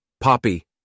Poppy